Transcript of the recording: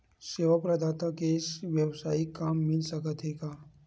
सेवा प्रदाता के वेवसायिक काम मिल सकत हे का?